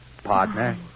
partner